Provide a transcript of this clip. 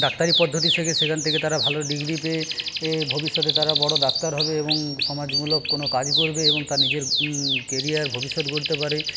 ডাক্তারি পদ্ধতি শেখে সেখান থেকে তারা ভালো ডিগ্রি পেয়ে ভবিষ্যতে তারা বড়ো ডাক্তার হবে এবং সমাজমূলক কোনো কাজ করবে এবং তার নিজের কেরিয়ার ভবিষ্যত গড়তে পারে